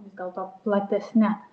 vis dėlto platesne